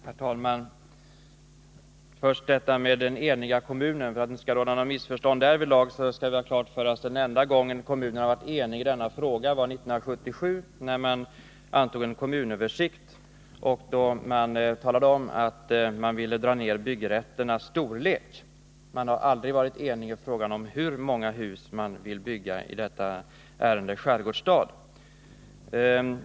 Herr talman! Vad först beträffar den eniga kommunen vill jag, för att det inte skall råda några missförstånd därvidlag, göra klart att den enda gången kommunen har varit enig i denna fråga var 1977, när man antog en kommunöversikt och då man talade om att man ville dra ned byggrätternas storlek. Man har i ärendet Skärgårdsstad aldrig varit enig i fråga om hur många hus som skall få byggas.